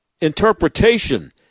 interpretation